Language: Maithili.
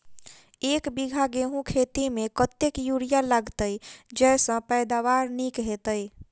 एक बीघा गेंहूँ खेती मे कतेक यूरिया लागतै जयसँ पैदावार नीक हेतइ?